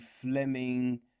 Fleming